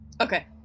Okay